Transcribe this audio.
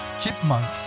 Chipmunks